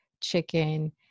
chicken